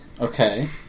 Okay